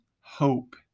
hope